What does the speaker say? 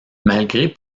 malgré